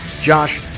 Josh